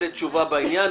לתת תשובה בעניין.